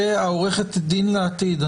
ועורכת הדין לעתיד,